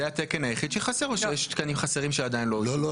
זה התקן היחיד שחסר או שיש תקנים אחרים שעדיין לא אוישו.